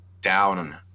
down